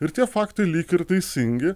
ir tie faktai lyg ir teisingi